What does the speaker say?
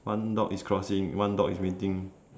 one dog is crossing one dog is waiting